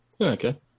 Okay